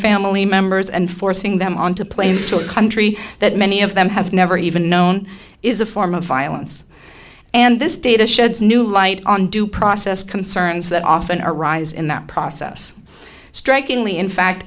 family members and forcing them on to planes to a country that many of them have never even known is a form of violence and this data sheds new light on due process concerns that often arise in that process strikingly in fact